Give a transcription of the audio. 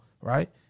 right